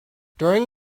during